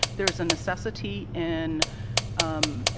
there is a necessity in um and